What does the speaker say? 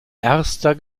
erster